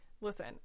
listen